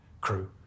crew